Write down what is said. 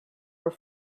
were